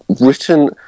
written